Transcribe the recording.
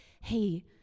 hey